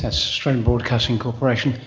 australian broadcasting corporation,